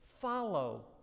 follow